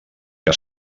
que